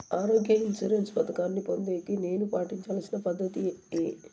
ఆరోగ్య ఇన్సూరెన్సు పథకాన్ని పొందేకి నేను పాటించాల్సిన పద్ధతి ఏమి?